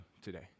today